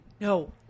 No